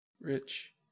Rich